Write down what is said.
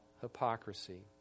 hypocrisy